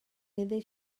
iddi